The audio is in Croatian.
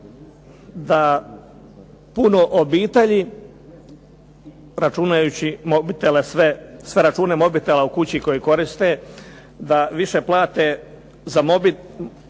mobitele sve, sve račune mobitela u kući koje koriste da više plate za mobitele,